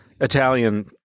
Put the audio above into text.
Italian –